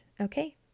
okay